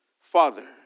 father